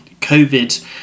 COVID